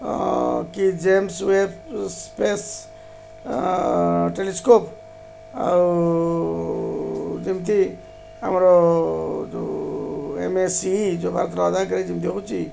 କି James Webb space telescope ଆଉ ଯେମିତି ଆମର ଯେଉଁ ଏମ୍ ଏସ୍ ସି ଇ ଯେଉଁ ଭାରତର ଯେମିତି ହେଉଛି